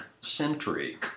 century